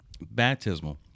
baptismal